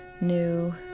new